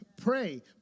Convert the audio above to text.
pray